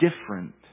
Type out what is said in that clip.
different